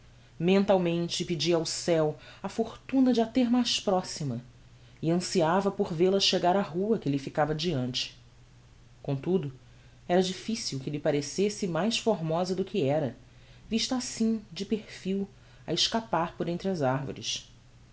mentalmente pedia ao ceu a fortuna de a ter mais proxima e anciava por vel-a chegar á rua que lhe ficava diante comtudo era difficil que lhe parecesse mais formosa do que era vista assim de perfil a escapar por entre as arvores